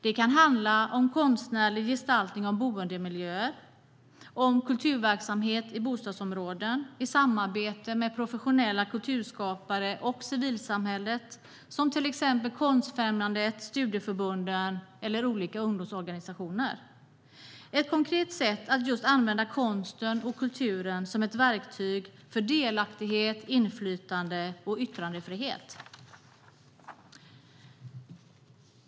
Det kan handla om konstnärlig gestaltning av boendemiljöer, om kulturverksamhet i bostadsområden i samarbete med professionella kulturskapare och civilsamhället, till exempel Konstfrämjandet, studieförbunden eller olika ungdomsorganisationer. Det är ett konkret sätt att just använda konsten och kulturen som ett verktyg för delaktighet, inflytande och yttrandefrihet.